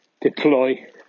Deploy